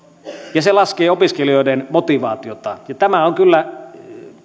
ja se laskee opiskelijoiden motivaatiota tämä on kyllä